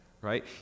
right